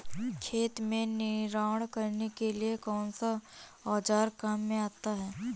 खेत में निनाण करने के लिए कौनसा औज़ार काम में आता है?